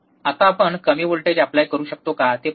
आता आपण कमी व्होल्टेज ऎप्लाय करू शकतो का ते पाहू